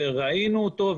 וראינו אותו,